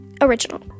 original